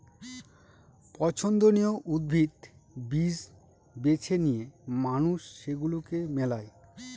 পছন্দীয় উদ্ভিদ, বীজ বেছে নিয়ে মানুষ সেগুলাকে মেলায়